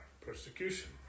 persecution